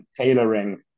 tailoring